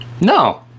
No